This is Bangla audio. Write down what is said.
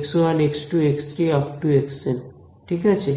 x1 x2 x3 xn ঠিক আছে